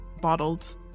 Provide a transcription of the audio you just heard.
bottled